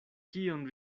kion